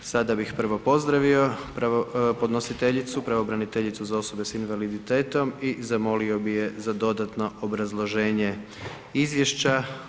Sada bih prvo pozdravio podnositeljicu pravobraniteljicu za osobe sa invaliditetom i zamolio bi je za dodatno obrazloženje izvješća.